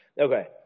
Okay